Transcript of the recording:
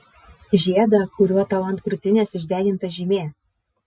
žiedą kuriuo tau ant krūtinės išdeginta žymė